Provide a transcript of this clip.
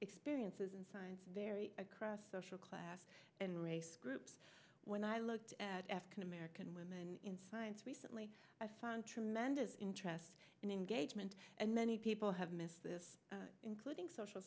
experiences in science vary across social class and race groups when i looked at african american women in science recently i found tremendous interest and engagement and many people have missed this including social